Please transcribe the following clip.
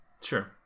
Sure